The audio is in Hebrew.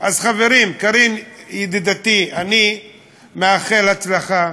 קארין, ידידתי, אני מאחל לך הצלחה.